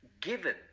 given